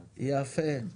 יפה.